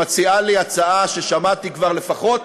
מציעה לי הצעה ששמעתי כבר לפחות